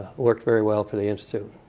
worked very well for the institute.